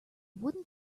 wooden